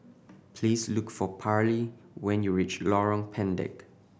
please look for Parlee when you reach Lorong Pendek